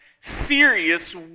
serious